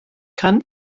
kann